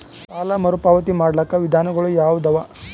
ಸಾಲ ಮರುಪಾವತಿ ಮಾಡ್ಲಿಕ್ಕ ವಿಧಾನಗಳು ಯಾವದವಾ?